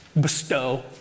bestow